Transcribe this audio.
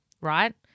right